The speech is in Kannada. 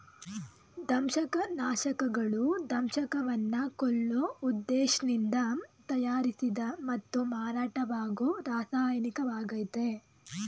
ದಂಶಕನಾಶಕಗಳು ದಂಶಕವನ್ನ ಕೊಲ್ಲೋ ಉದ್ದೇಶ್ದಿಂದ ತಯಾರಿಸಿದ ಮತ್ತು ಮಾರಾಟವಾಗೋ ರಾಸಾಯನಿಕವಾಗಯ್ತೆ